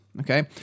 Okay